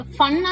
fun